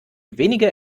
weniger